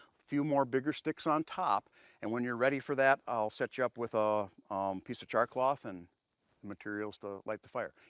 few more bigger sticks on top and when you're ready for that, i'll set you up with a piece of char cloth and materials to light the fire.